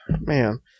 man